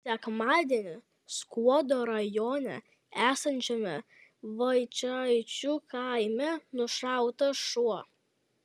sekmadienį skuodo rajone esančiame vaičaičių kaime nušautas šuo